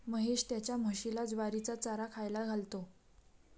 महेश त्याच्या म्हशीला ज्वारीचा चारा खायला घालतो